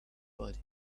body